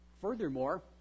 Furthermore